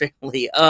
family